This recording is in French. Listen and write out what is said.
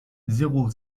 zéro